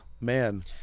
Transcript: man